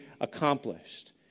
accomplished